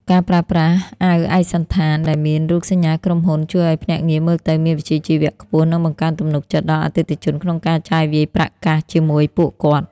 ការប្រើប្រាស់ "អាវឯកសណ្ឋាន" ដែលមានរូបសញ្ញាក្រុមហ៊ុន ជួយឱ្យភ្នាក់ងារមើលទៅមានវិជ្ជាជីវៈខ្ពស់ និងបង្កើនទំនុកចិត្តដល់អតិថិជនក្នុងការចាយវាយប្រាក់កាសជាមួយពួកគាត់។